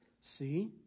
See